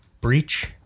breach